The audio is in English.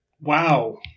Wow